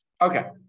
Okay